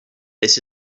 this